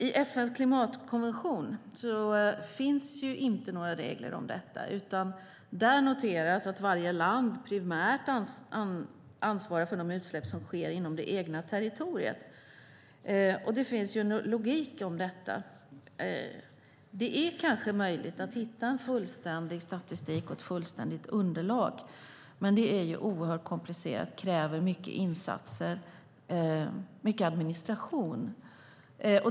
I FN:s klimatkonvention finns inte några regler om detta, utan där noteras att varje land primärt ansvarar för de utsläpp som sker inom det egna territoriet. Och det finns en logik i detta. Det är kanske möjligt att hitta en fullständig statistik och ett fullständigt underlag, men det är oerhört komplicerat. Det kräver många insatser och mycket administration.